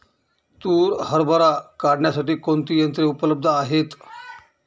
तूर हरभरा काढण्यासाठी कोणती यंत्रे उपलब्ध आहेत?